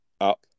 up